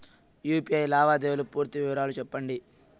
UPI లావాదేవీల పూర్తి వివరాలు సెప్పండి?